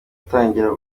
gutangira